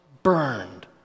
burned